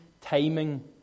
timing